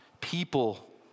people